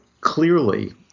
clearly